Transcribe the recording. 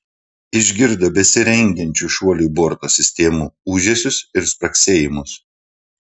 išgirdo besirengiančių šuoliui borto sistemų ūžesius ir spragsėjimus